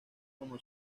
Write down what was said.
como